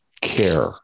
care